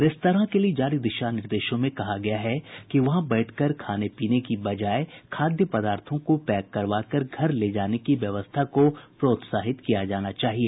restaurant के लिए जारी दिशा निर्देशों में कहा गया है कि वहां बैठकर खाने पीने की बजाए खाद्य पदार्थों को पैक करवाकर घर ले जाने की व्यवस्था को प्रोत्साहित किया जाना चाहिए